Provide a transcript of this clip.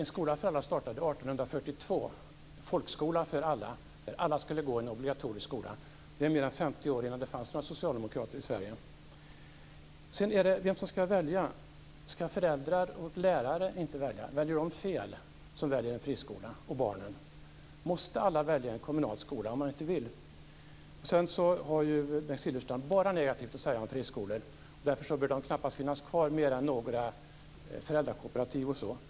En skola för alla startade 1842 - en folkskola för alla där alla skulle gå i en obligatorisk skola. Det var mer än 50 år innan det fanns några socialdemokrater i Sverige. Vem ska välja? Ska föräldrar, lärare och barn inte välja? Väljer de som väljer en friskola fel? Måste alla välja en kommunal skola om man inte vill? Bengt Silfverstrand har bara negativt att säga om friskolor. Därför bör de knappast finnas kvar enligt honom, med undantag av några föräldrakooperativ osv.